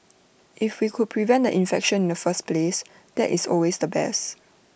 if we could prevent the infection in the first place that is always the best